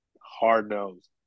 hard-nosed